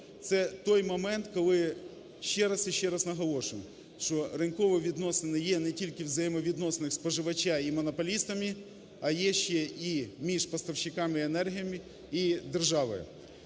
Це той момент, коли ще раз і ще раз наголошую, що ринкові відносини є не тільки у взаємовідносинах споживача і монополістами, а є ще і між поставщиками енергії і державою.